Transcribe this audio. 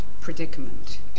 predicament